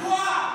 צבועה.